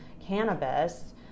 cannabis